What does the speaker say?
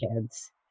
kids